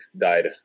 died